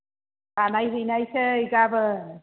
बानायहैनायसै गाबोन